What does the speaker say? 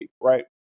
right